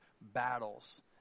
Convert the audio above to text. battles